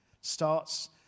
starts